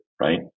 right